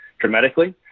dramatically